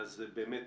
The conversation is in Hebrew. אז באמת